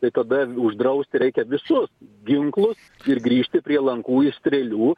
tai tada uždrausti reikia visus ginklus ir grįžti prie lankų ir strėlių